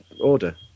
order